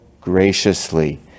graciously